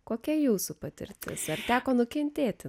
kokia jūsų patirtis ar teko nukentėti